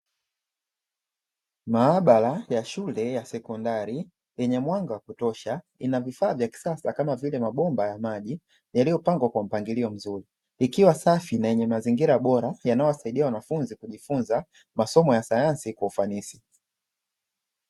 Maabara ya shule ya sekondari yenye mwanga wa kutosha ina vifaa vya kisasa kama vile mabomba ya maji, yalipangwa kwa mpangilio mzuri ikiwa safi na ina mazingira bora yanayowasaidia wanafunzi kujifunza masomo ya sayansi kwa ufanisi.